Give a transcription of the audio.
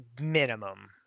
minimum